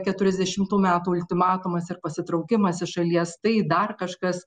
keturiasdešimtų metų ultimatumas ir pasitraukimas iš šalies tai dar kažkas